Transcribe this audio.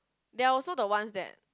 they are also the ones that